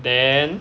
then